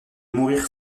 mourir